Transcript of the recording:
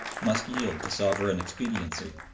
must yield to sovereign expediency.